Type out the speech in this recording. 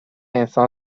انسان